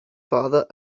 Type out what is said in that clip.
father